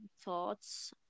thoughts